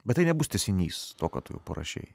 bet tai nebus tęsinys to ką tu jau parašei